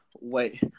Wait